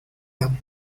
them